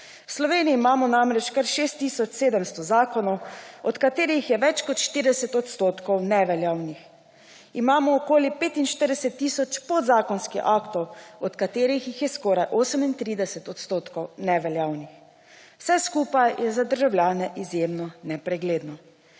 V Sloveniji imamo namreč kar 6 tisoč 700 zakonov, od katerih je več kot 40 % neveljavnih. Imamo okoli 45 tisoč podzakonskih aktov, od katerih jih je skoraj 38 % neveljavnih. Vse skupaj je za državljane izjemno nepregledno.